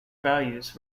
values